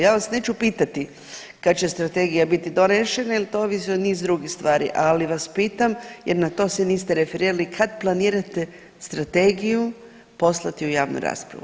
Ja vas neću pitati kad će strategija biti donešena jel to ovisi o niz drugih stvari, ali vas pitam jer na to se niste referirali, kad planirate strategiju poslati u javnu raspravu.